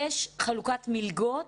יש חלוקת מלגות